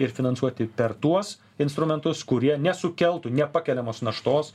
ir finansuoti per tuos instrumentus kurie nesukeltų nepakeliamos naštos